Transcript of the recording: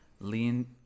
lean